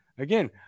Again